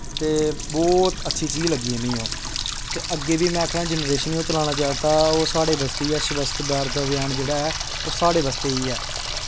ते बहोत अच्छी चीज लग्गी ऐ मिगी ओह् ते अग्गें बी में आखना कि जनरेशन चलाना चलांदा ओह् साढ़े बास्तै ई ओह् स्वच्छ भारत अभियान जेह्ड़ा ऐ ओह् साढ़े बास्तै ई ऐ